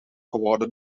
geworden